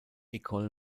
école